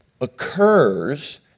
occurs